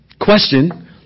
Question